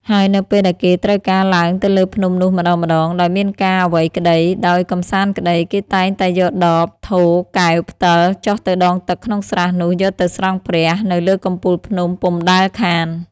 ហើយនៅពេលដែលគេត្រូវការឡើងទៅលើភ្នំនោះម្ដងៗ ដោយមានការអ្វីក្ដី ដោយកម្សាន្តក្ដី គេតែងតែយកដប ថូ កែវ ផ្តិល ចុះទៅដងទឹកក្នុងស្រះនោះ យកទៅស្រង់ព្រះ នៅលើកំពូលភ្នំពុំដែលខាន ។